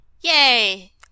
Yay